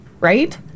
right